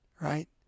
right